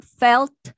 felt